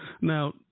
Now